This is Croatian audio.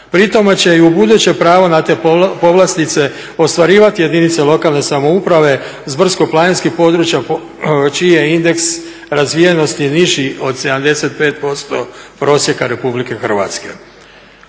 Pri tome će i u buduće pravo na te povlastice ostvarivati jedinice lokalne samouprave s brdsko-planinskih područja čiji je indeks razvijenosti niži od 75% prosjeka Republike Hrvatske.